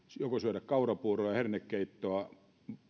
joko syödä kaurapuuroa ja hernekeittoa